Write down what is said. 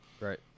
Right